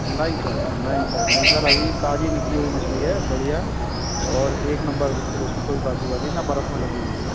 नहीं सर नहीं सर नहीं सर अभी ताज़ी निकली हुई मछली है बढ़िया और एक नंबर बिलकुल उसमें कोई बासी वासी ना बर्फ़ में लगी हुई है